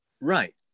right